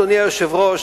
אדוני היושב-ראש,